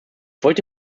wollte